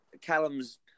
Callum's